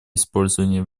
использования